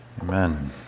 Amen